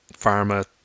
pharma